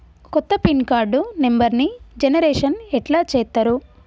కొత్త pin card నెంబర్ని generation ఎట్లా చేత్తరు?